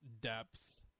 depth